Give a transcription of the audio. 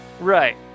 Right